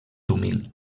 humil